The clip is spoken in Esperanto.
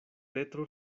petro